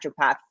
naturopath